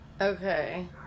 Okay